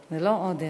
עודה.